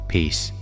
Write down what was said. Peace